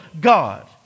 God